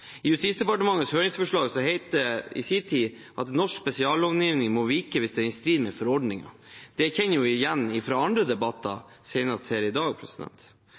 I Justisdepartementets høringsforslag het det i sin tid at norsk spesiallovgivning må vike hvis den er i strid med forordningen. Det kjenner vi igjen fra andre debatter, senest her i dag.